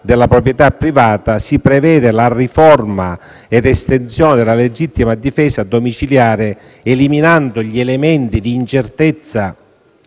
della proprietà privata, si prevede la riforma ed estensione della legittima difesa domiciliare, eliminando gli elementi di incertezza